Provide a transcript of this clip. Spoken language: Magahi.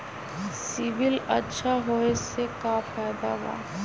सिबिल अच्छा होऐ से का फायदा बा?